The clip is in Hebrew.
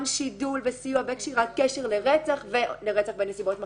שידול וסיוע וקשירת קשר לרצח ולרצח בנסיבות מחמירות.